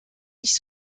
nicht